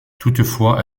toutefois